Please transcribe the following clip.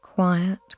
quiet